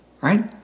right